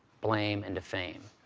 blame and defame.